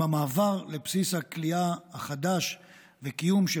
עם המעבר לבסיס הכליאה החדש וקיום של